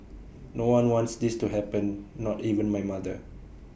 no one wants this to happen not even my mother